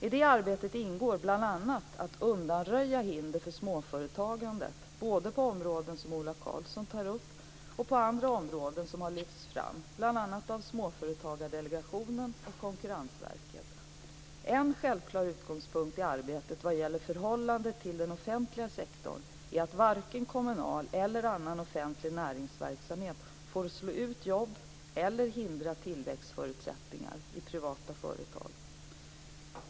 I det arbetet ingår bl.a. att undanröja hinder för småföretagandet både på områden som Ola Karlsson tar upp och på andra områden som har lyfts fram bl.a. av Småföretagsdelegationen och Konkurrensverket. En självklar utgångspunkt i arbetet vad gäller förhållandet till den offentliga sektorn är att varken kommunal eller annan offentlig näringsverksamhet får slå ut jobb eller hindra tillväxtförutsättningarna i privata företag.